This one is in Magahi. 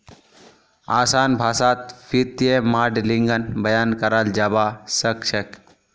असान भाषात वित्तीय माडलिंगक बयान कराल जाबा सखछेक